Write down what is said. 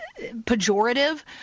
pejorative